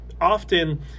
often